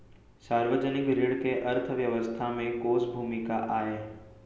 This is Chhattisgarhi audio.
सार्वजनिक ऋण के अर्थव्यवस्था में कोस भूमिका आय?